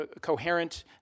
coherent